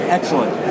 Excellent